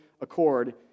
accord